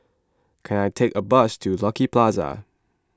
can I take a bus to Lucky Plaza